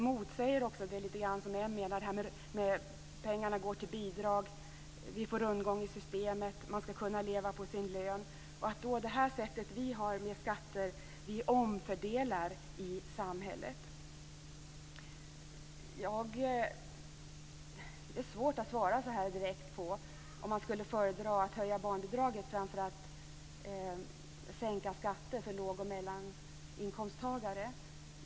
Det motsäger lite grann det som Moderaterna säger om att pengarna går till bidrag, att vi får rundgång i systemet och att man skall kunna leva på sin lön. Men vi omfördelar i samhället. Det är svårt att svara så här direkt om jag skulle föredra att höja barnbidraget framför att sänka skatter för låg och medelinkomsttagare.